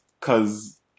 Cause